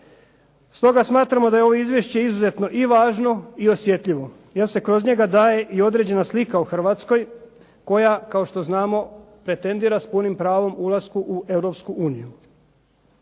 Stoga smatramo da je ovo izvješće izuzetno i važno i osjetljivo, jer se kroz njega daje i određena slika u Hrvatskoj, koja kao što znamo, pretendira s punim pravom ulasku u